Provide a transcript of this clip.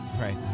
Right